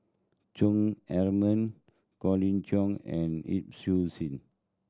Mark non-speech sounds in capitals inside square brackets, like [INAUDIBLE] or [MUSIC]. Chong [UNINTELLIGIBLE] Colin Cheong and Yip Su Sin